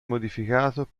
modificato